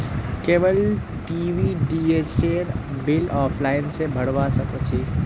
cable TV डीटीएचेर bill offline स भरवा सक छी